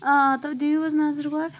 آ تُہۍ دِیِو حٕظ نَظَر گۄڈٕ